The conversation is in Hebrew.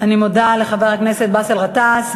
אני מודה לחבר הכנסת באסל גטאס.